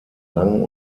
lang